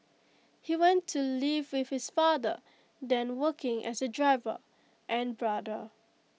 he went to live with his father then working as A driver and brother